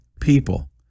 people